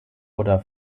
oder